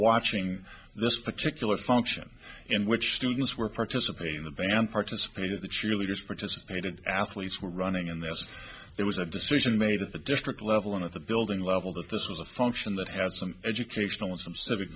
watching this particular function in which students were participating in the band participated the cheerleaders participated athletes were running and there was there was a decision made at the district level and at the building level that this was a function that has an educational and some civic